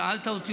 שאלת אותי,